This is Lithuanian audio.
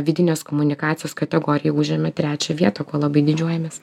vidinės komunikacijos kategorijoj užėmė trečią vietą ko labai didžiuojamės